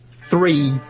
three